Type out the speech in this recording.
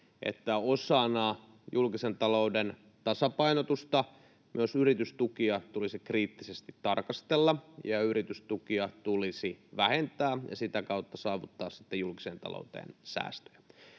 että osana julkisen talouden tasapainotusta myös yritystukia tulisi kriittisesti tarkastella ja yritystukia tulisi vähentää ja sitä kautta saavuttaa sitten julkiseen talouteen säästöjä.